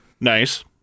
Nice